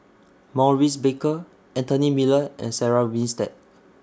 Maurice Baker Anthony Miller and Sarah Winstedt